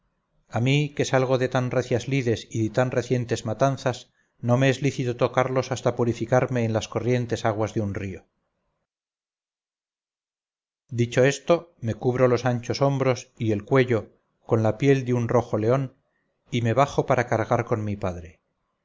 a mí que salgo de tan recias lides y de tan recientes matanzas no me es lícito tocarlos hasta purificarme en las corrientes aguas de un río dicho esto me cubro los anchos hombros y el cuello con la piel de un rojo león y me bajo para cargar con mi padre